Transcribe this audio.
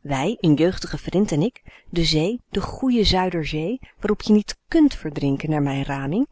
wij n jeugdig vrind en ik de zee de géie zuiderzee waarop je niet kunt verdrinken naar mijn raming